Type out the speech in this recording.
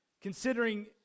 considering